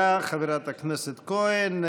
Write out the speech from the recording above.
תודה, חברת הכנסת כהן.